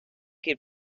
can